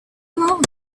along